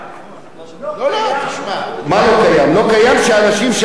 לא קיים שאנשים שעבדו 35 או 40 שנה,